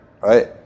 right